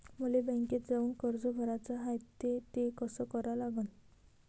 मले बँकेत जाऊन कर्ज भराच हाय त ते कस करा लागन?